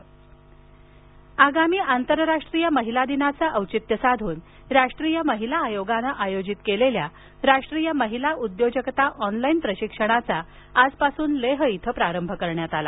लडाख आगामी आंतरराष्ट्रीय महिला दिनाचं औचित्य साधून राष्ट्रीय महिला आयोगाने आयोजित केलेल्या राष्ट्रीय महिला उद्योजकता ऑनलाईन प्रशिक्षणाचा आजपासून लेह इथं प्रारंभ करण्यात आला